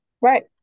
Right